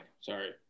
Sorry